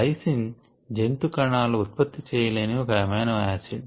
lysine జంతు కణాలు ఉత్పత్తి చేయలేని ఒక అమైనో యాసిడ్